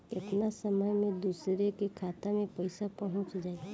केतना समय मं दूसरे के खाता मे पईसा पहुंच जाई?